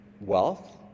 wealth